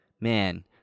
Man